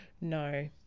no